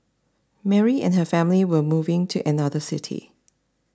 Mary and her family were moving to another city